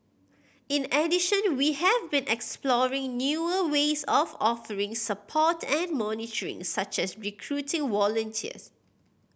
in addition we have been exploring newer ways of offering support and monitoring such as recruiting volunteers